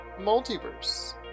multiverse